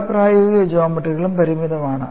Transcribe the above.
എല്ലാ പ്രായോഗിക ജ്യോമട്രികളും പരിമിതമാണ്